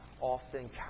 often